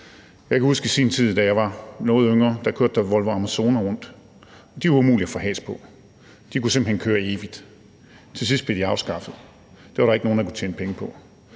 i sin tid, da jeg var noget yngre, kørte Volvo Amazoner rundt, og de var umulige at få has på, for de kunne simpelt hen køre evigt. Til sidst blev de afskaffet, for det var der ikke nogen der kunne tjene penge på.